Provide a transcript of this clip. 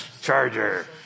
Charger